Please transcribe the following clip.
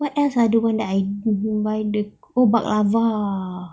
what else ah the one that I buy the oh baklava